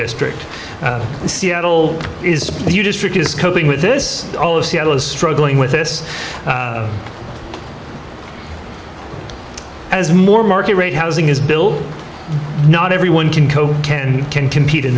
district in seattle is your district is coping with this all of seattle is struggling with this as more market rate housing is built not everyone can cope can compete in